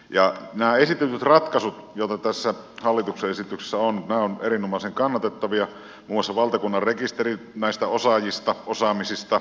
nämä esitetyt ratkaisut joita tässä hallituksen esityksessä on ovat erinomaisen kannatettavia muun muassa valtakunnallinen rekisteri näistä osaajista osaamisista